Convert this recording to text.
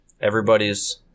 everybody's